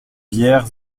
vierre